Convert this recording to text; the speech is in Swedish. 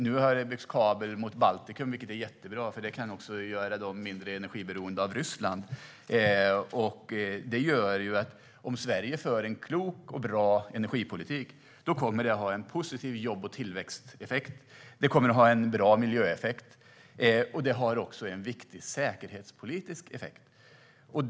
Nu har det byggts kabel mot Baltikum, vilket är jättebra. Det kan nämligen göra Baltikum mindre energiberoende av Ryssland. Om Sverige för en klok och bra energipolitik kommer det att ha en positiv jobb och tillväxteffekt. Det kommer att ha en bra miljöeffekt. Det har också en viktig säkerhetspolitisk effekt.